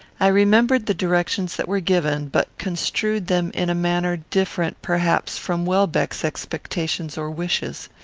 i remembered the directions that were given, but construed them in a manner different, perhaps, from welbeck's expectations or wishes.